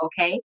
okay